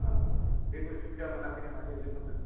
अ जेबै सुबिदा मोनाखै नामा एग्रिकाल्सारनिफ्राय